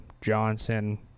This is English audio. Johnson